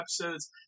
episodes